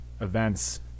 events